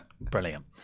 brilliant